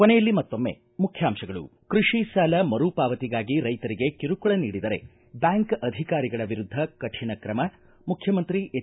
ಕೊನೆಯಲ್ಲಿ ಮತ್ತೊಮ್ಮೆ ಮುಖ್ಯಾಂಶಗಳು ಕೃಷಿ ಸಾಲ ಮರು ಪಾವತಿಗಾಗಿ ರೈತರಿಗೆ ಕಿರುಕುಳ ನೀಡಿದರೆ ಬ್ಯಾಂಕ್ ಅಧಿಕಾರಿಗಳ ವಿರುದ್ದ ಕರಿಣ ಕ್ರಮ ಮುಖ್ಯಮಂತ್ರಿ ಎಚ್